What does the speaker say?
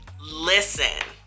listen